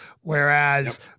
whereas